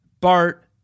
Bart